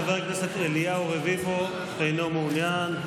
חבר הכנסת אליהו רביבו, אינו מעוניין.